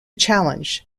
challenge